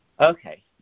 Okay